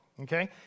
okay